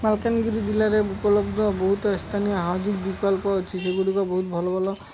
ମାଲକାନଗିରି ଜିଲ୍ଲାରେ ଉପଲବ୍ଧ ବହୁତ ସ୍ଥାନୀୟ ବିକଳ୍ପ ଅଛି ସେଗୁଡ଼ିକ ବହୁତ ଭଲ ଭଲ